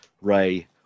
Ray